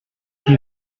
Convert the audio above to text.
die